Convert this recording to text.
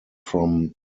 from